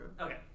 Okay